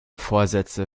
vorsätze